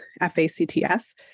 F-A-C-T-S